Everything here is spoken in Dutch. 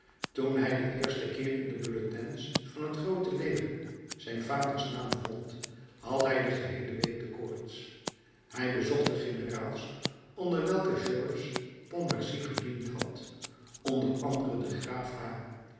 toen hij den eersten keer in de bulletins van het groote leger zijns vaders naam vond had hij de geheele week de koorts hij bezocht de generaals onder welke georges pontmercy gediend had onder anderen den graaf h